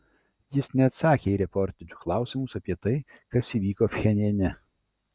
jis neatsakė į reporterių klausimus apie tai kas įvyko pchenjane